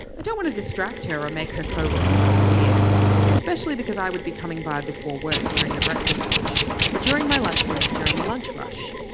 i don't want to distract her or make her co-workers feel weird especially because i would be coming by before work during the breakfast rush or during my lunch break during the lunch rush.